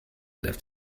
left